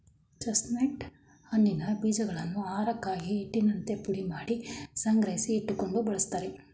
chestnut ಹಣ್ಣಿನ ಬೀಜಗಳನ್ನು ಆಹಾರಕ್ಕಾಗಿ, ಹಿಟ್ಟಿನಂತೆ ಪುಡಿಮಾಡಿ ಸಂಗ್ರಹಿಸಿ ಇಟ್ಟುಕೊಂಡು ಬಳ್ಸತ್ತರೆ